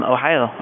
Ohio